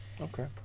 okay